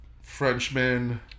Frenchmen